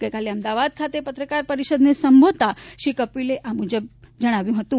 ગઇકાલે અમદાવાદ ખાતે પત્રકાર પરિષદને સંબોધતા શ્રી સિબ્બલે આ મુજબ જણાવ્યું હતું